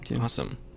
Awesome